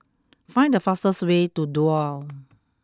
find the fastest way to Duo